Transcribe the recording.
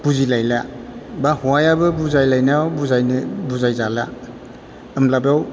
बुजिलायला बा हौवायाबो बुजायलायनायाव बुजायजाला होनब्ला बेयाव